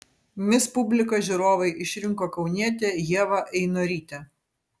mis publika žiūrovai išrinko kaunietę ievą einorytę